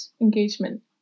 engagement